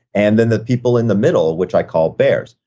and then the people in the middle which i call bears.